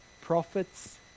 prophets